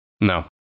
No